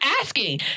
asking